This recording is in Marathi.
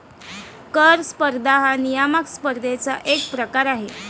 कर स्पर्धा हा नियामक स्पर्धेचा एक प्रकार आहे